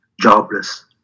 Jobless